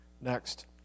Next